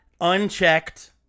Unchecked